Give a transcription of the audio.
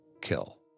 Kill